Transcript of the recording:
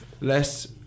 less